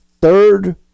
third